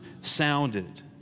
sounded